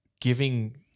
giving